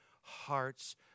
hearts